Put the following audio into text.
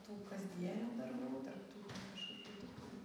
tų kasdienių darbų dar tų kažkokių kitų